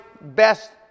best